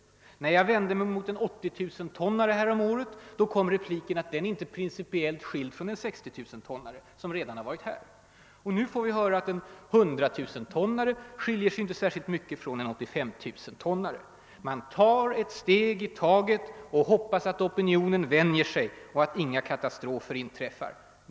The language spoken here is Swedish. När jag härom året vände mig mot att man tillät en 80 000 tonnare, kom repliken att den inte principiellt skilde sig från 60 000-tonnare, som redan varit här. Nu får vi höra att en 100 000-tonnare inte särskilt mycket skiljer sig från en 85 000-tonnare. Man tar ett steg i taget och hoppas att opinionen vänjer sig och att inga kata strofer inträffar.